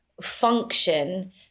function